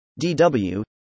DW